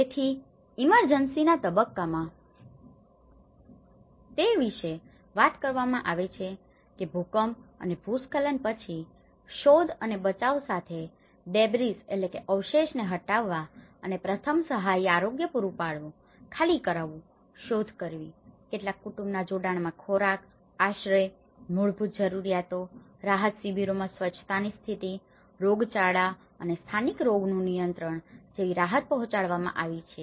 તેથી ઇમર્જન્સીના તબક્કામાં તે વિશે વાત કરવામાં આવે છે કે ભૂકંપ અને ભૂસ્ખલન પછી શોધ અને બચાવ સાથે ડેબ્રીઝdebrisઅવશેષને હટાવવા અને પ્રથમ સહાય આરોગ્ય પૂરું પાડવું ખાલી કરાવવુ શોધ કરવી કેટલાક કુટુંબના જોડાણમાં ખોરાક આશ્રય મૂળભૂત જરૂરિયાતો રાહત શિબિરોમાં સ્વચ્છતાની સ્થિતિ રોગચાળા અને સ્થાનિક રોગનુ નિયંત્રણ જેવી રાહત પહોંચાડવામાં આવી છે